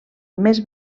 més